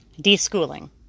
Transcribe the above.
Deschooling